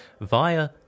via